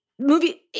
Movie